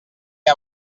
fer